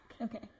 Okay